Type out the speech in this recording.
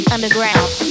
Underground